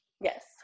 Yes